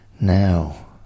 Now